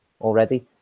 already